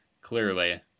clearly